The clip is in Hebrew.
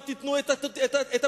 לא תיתנו את הפתרון,